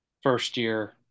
first-year